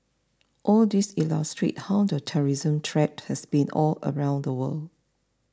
all these illustrate how the terrorism threat has been all around the world